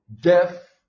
death